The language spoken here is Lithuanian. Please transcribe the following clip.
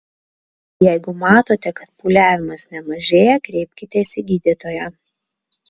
jeigu matote kad pūliavimas nemažėja kreipkitės į gydytoją